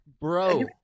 Bro